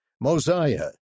Mosiah